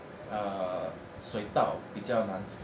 err 水道比较难